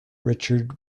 richard